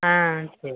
ஆ சரி